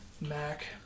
Mac